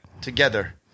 Together